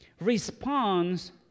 responds